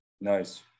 nice